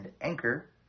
Anchor